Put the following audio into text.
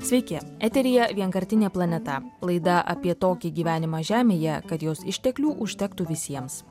sveiki eteryje vienkartinė planeta laida apie tokį gyvenimą žemėje kad jos išteklių užtektų visiems